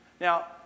Now